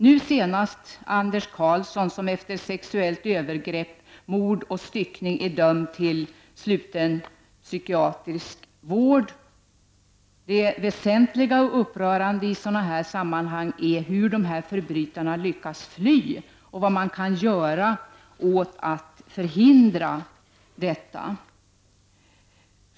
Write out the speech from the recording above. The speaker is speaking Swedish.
Nu senast gällde det Anders Karlsson, som efter sexuellt övergrepp, mord och styckning är dömd till sluten psykiatrisk vård. Det väsentliga och upprörande i sådana här sammanhang är hur dessa förbrytare lyckas fly och vad man kan göra för att förhindra detta.